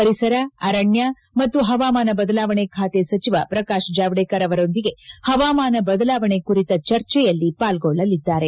ಪರಿಸರ ಅರಣ್ಯ ಮತ್ತು ಹವಾಮಾನ ಬದಲಾವಣೆ ಖಾತೆ ಸಚಿ ಪ್ರಕಾಶ್ ಜಾವ್ದೇಕರ್ ಅವರೊಂದಿಗೆ ಹವಾಮಾನ ಬದಲಾವಣೆ ಕುರಿತ ಚರ್ಚೆಯಲ್ಲಿ ಪಾಲ್ಗೊಳ್ಳಲಿದ್ದಾರೆ